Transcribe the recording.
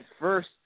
first